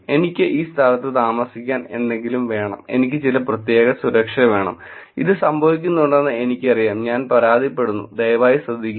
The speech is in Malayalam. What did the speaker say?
എനിക്ക് ഈ സ്ഥലത്ത് താമസിക്കാൻ എന്തെങ്കിലും വേണം എനിക്ക് ചില പ്രത്യേക സുരക്ഷ വേണം ഇത് സംഭവിക്കുന്നുണ്ടെന്ന് എനിക്കറിയാം ഞാൻ പരാതിപ്പെടുന്നു ദയവായി ശ്രദ്ധിക്കുക